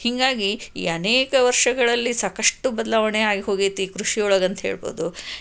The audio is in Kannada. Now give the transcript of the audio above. ಹೀಗಾಗಿ ಈ ಅನೇಕ ವರ್ಷಗಳಲ್ಲಿ ಸಾಕಷ್ಟು ಬದಲಾವಣೆ ಆಗಿ ಹೋಗೈತಿ ಕೃಷಿ ಒಳಗೆ ಅಂತ ಹೇಳಬಹುದು